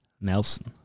Nelson